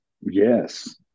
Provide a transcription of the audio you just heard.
Yes